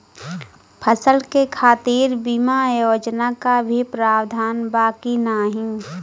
फसल के खातीर बिमा योजना क भी प्रवाधान बा की नाही?